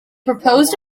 proposed